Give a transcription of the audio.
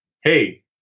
hey